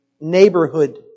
neighborhood